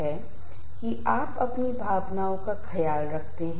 आर्थिक तंगी बेरोजगारी और जीवन में रिश्तों का टूटना भावनात्मक उथल पुथल का कारण बनता है